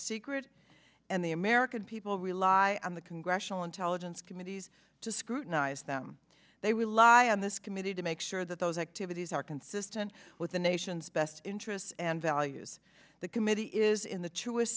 secret and the american people rely on the congressional intelligence committees to scrutinize them they rely on this committee to make sure that those activities are consistent with the nation's best interests and values the committee is in the truest